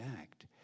act